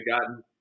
gotten